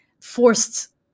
forced